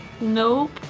Nope